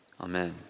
Amen